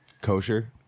Kosher